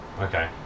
Okay